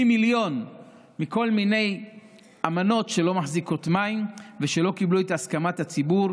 פי מיליון מכל מיני אמנות שלא מחזיקות מים ושלא קיבלו את הסכמת הציבור,